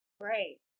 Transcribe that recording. Great